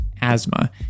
asthma